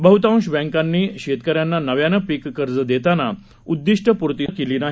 बहुतांश बँकांनी शेतकऱ्यांना नव्यानं पीक कर्ज देताना उद्दीष्टपूर्ती केली नाही